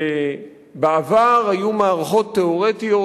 שבעבר היו מערכות תיאורטיות,